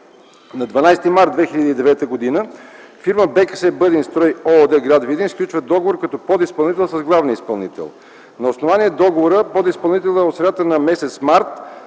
На 12 март 2009 г. фирма „БКС – Бъдинстрой” ООД – гр. Видин, сключва договор като подизпълнител с главния изпълнител. На основание договора от средата на м. март